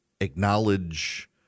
acknowledge